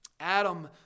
Adam